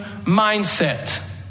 mindset